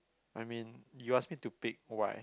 I mean you asked me to pick why